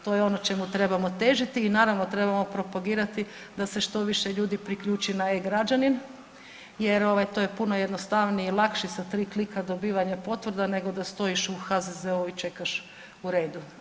To je ono čemu trebamo težiti i naravno trebamo propagirati da se što više ljudi priključi na e-građanin jer to je puno jednostavnije, lakše sa tri klika dobivanje potvrda nego da stojiš u HZZO-u i čekaš u redu.